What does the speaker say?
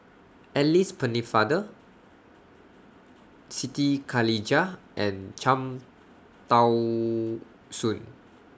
Alice Pennefather Siti Khalijah and Cham Tao Soon